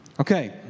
Okay